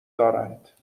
دارند